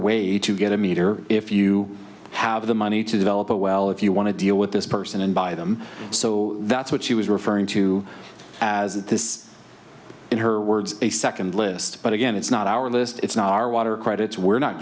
way to get a meter if you have the money to develop a well if you want to deal with this person and buy them so that's what she was referring to as this in her words a second list but again it's not our list it's not our water credits we're not